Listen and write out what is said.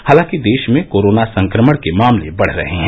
हालांकि देश में कोरोना संक्रमण के मामले बढ़ रहे हैं